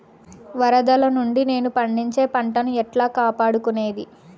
వరదలు నుండి నేను పండించే పంట ను ఎట్లా కాపాడుకునేది?